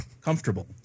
comfortable